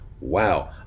wow